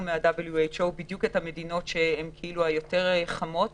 מה-WHO את המדינות שהן כאילו יותר חמות